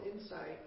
insight